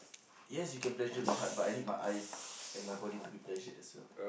yes you can pleasure my heart but I need my eyes and my body to be pleasured as well